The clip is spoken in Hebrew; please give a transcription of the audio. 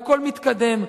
והכול מתקדם,